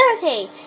thirty